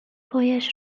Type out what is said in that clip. پایش